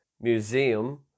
museum